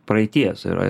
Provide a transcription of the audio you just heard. praeities yra